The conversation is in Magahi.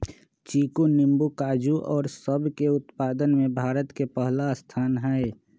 चीकू नींबू काजू और सब के उत्पादन में भारत के पहला स्थान हई